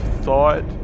thought